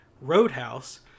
Roadhouse